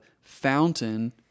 fountain